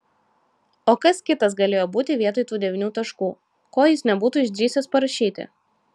o kas kitas galėjo būti vietoj tų devynių taškų ko jis nebūtų išdrįsęs parašyti